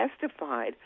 testified